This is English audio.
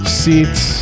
seats